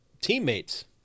teammates